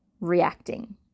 reacting